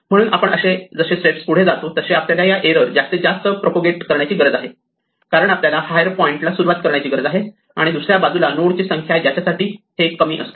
म्हणून आपण जसे स्टेप पुढे जातो तसे आपल्याला या एरर जास्तीत जास्त प्रोप्यागेट करण्याची गरज आहे कारण आपल्याला हायर पॉईंटला सुरुवात करण्याची गरज आहे आणि दुसऱ्या बाजूला नोड ची संख्या ज्यासाठी हे कमी असते